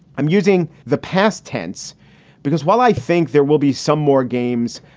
i'm using the past tense because while i think there will be some more games,